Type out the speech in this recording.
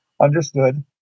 Understood